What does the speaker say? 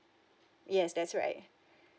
yes that's right